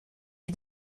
est